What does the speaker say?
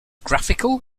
graphical